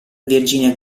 virginia